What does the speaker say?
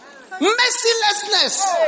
mercilessness